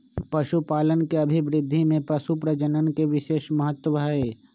पशुपालन के अभिवृद्धि में पशुप्रजनन के विशेष महत्त्व हई